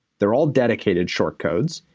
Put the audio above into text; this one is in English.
they're all dedicated short codes,